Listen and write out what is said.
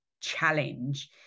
challenge